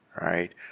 Right